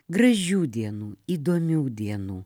gražių dienų įdomių dienų